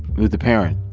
with the parent.